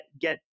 get